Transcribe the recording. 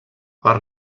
part